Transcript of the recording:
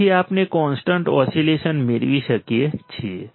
તેથી આપણે constant oscillation મેળવી શકીએ છીએ